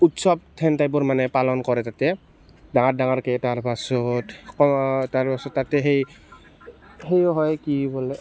উৎসৱ হেন টাইপৰ মানে পালন কৰে তাতে ডাঙৰ ডাঙৰকৈ তাৰ পাছত তাৰ পাছত তাতে সেই সেই হয় কি বোলে